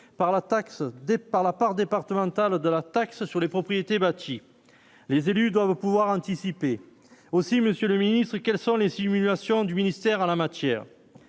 départ la part départementale de la taxe sur les propriétés bâties les élus doivent pouvoir anticiper aussi Monsieur le Ministre : quelles sont les simulations du ministère à la matière